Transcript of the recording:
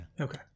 Okay